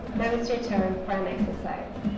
now it's your turn for an exercise.